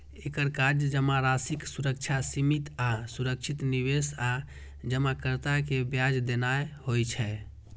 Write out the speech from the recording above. एकर काज जमाराशिक सुरक्षा, सीमित आ सुरक्षित निवेश आ जमाकर्ता कें ब्याज देनाय होइ छै